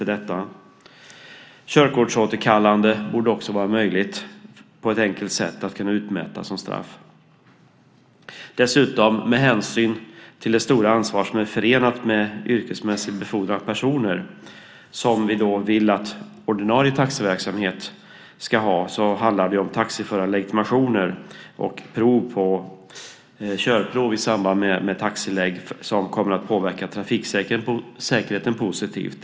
Vidare borde körkortsåterkallande vara möjligt, vilket vore ett enkelt sätt att kunna utmäta straff. Med hänsyn till det stora ansvar som är förenat med yrkesmässig befordran av personer, som vi vill att ordinarie taxiverksamhet ska ha, handlar det om taxiförarlegitimation samt körprov i samband med taxilegitimation, vilket kommer att påverka trafiksäkerheten positivt.